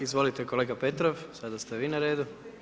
Izvolite, kolega Petrov, sada ste vi na redu.